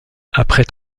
après